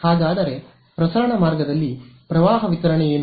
ಹಾಗಾದರೆ ಪ್ರಸರಣ ಮಾರ್ಗದಲ್ಲಿ ಪ್ರವಾಹ ವಿತರಣೆ ಏನು